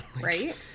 right